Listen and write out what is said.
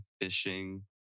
fishing